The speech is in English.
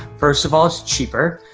first of all, it's cheaper.